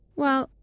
well,